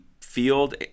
field